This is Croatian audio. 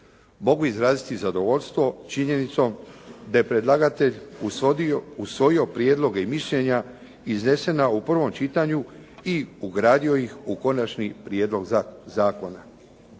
Mogu izraziti zadovoljstvo činjenicom da je predlagatelj usvojio prijedloge i mišljenja iznesena u prvom čitanju i ugradio ih u Konačni prijedlog zakona.